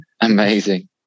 Amazing